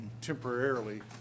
temporarily